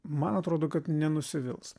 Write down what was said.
man atrodo kad nenusivils